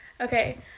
Okay